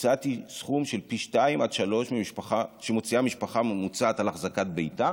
הצעתי סכום של פי שניים עד שלושה שמוציאה משפחה ממוצעת על החזקת ביתה.